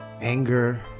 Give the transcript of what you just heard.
anger